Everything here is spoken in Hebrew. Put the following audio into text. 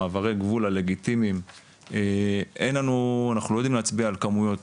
במעברי גבול הלגיטימיים - אנחנו לא יודעים להצביע על כמויות